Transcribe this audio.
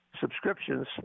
subscriptions